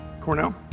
Cornell